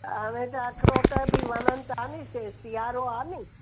हाणे त अखरोट बि वणनि था नी सी सीआरो आहे नी